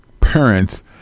parents